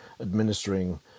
administering